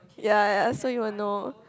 ya so you will know